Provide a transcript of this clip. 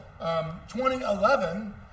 2011